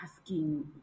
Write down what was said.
asking